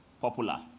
popular